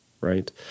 right